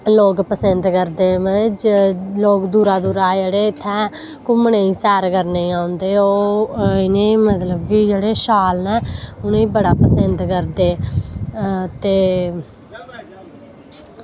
लोग बड़े पसिंद करदे मतलव लोग दूरा दूरा जेह्ड़े इत्थें घूमने सैर करनेई औंदे ओह् इनें मतलव कि जेह्ड़े शाल न उनेंई बड़ा पसिंद करदे ते